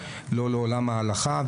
לא לעולם ההלכה,